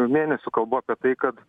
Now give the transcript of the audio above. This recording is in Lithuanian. mėnesių kalbu apie tai kad